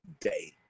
day